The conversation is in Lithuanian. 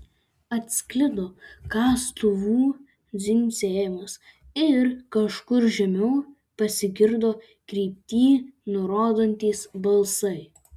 atsklido kastuvų dzingsėjimas ir iš kažkur žemiau pasigirdo kryptį nurodantys balsai